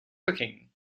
cooking